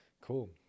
cool